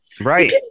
Right